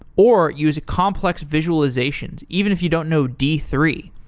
or use complex visualizations even if you don't know d three.